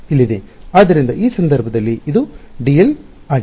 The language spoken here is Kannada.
ಆದ್ದರಿಂದ ಈ ಸಂದರ್ಭದಲ್ಲಿ ಇದು ಡಿಎಲ್ ಆಗಿದೆ